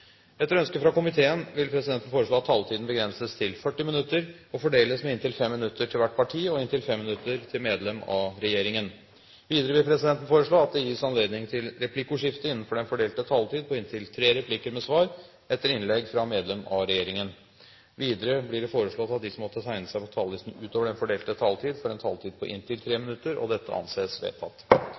Etter ønske fra næringskomiteen vil presidenten foreslå at taletiden begrenses til 40 minutter og fordeles med inntil 5 minutter til hvert parti og inntil 5 minutter til medlem av regjeringen. Videre vil presidenten foreslå at det gis anledning til replikkordskifte på inntil tre replikker med svar etter innlegg fra medlem av regjeringen innenfor den fordelte taletid. Videre blir det foreslått at de som måtte tegne seg på talerlisten utover den fordelte taletid, får en taletid på inntil 3 minutter. – Det anses vedtatt.